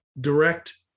direct